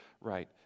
right